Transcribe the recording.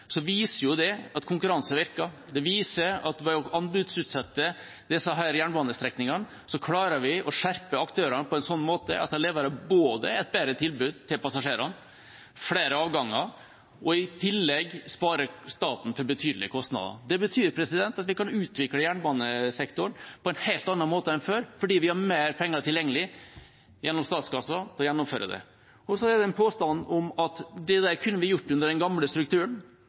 viser at konkurranse virker, det viser at ved å anbudsutsette jernbanestrekninger klarer vi å skjerpe aktørene på en slik måte at de både leverer et bedre tilbud til passasjerene og flere avganger og i tillegg sparer staten for betydelige kostnader. Det betyr at vi kan utvikle jernbanesektoren på en helt annen måte enn før, fordi vi har mer penger tilgjengelig gjennom statskassen til å gjennomføre det. Så er det en påstand om at det der kunne vi ha gjort under den gamle strukturen.